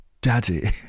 Daddy